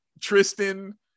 Tristan